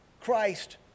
Christ